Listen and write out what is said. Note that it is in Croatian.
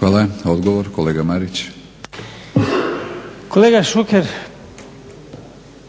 Marić. **Marić, Goran (HDZ)** Kolega Šuker,